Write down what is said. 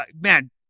man